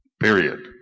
period